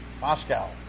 Moscow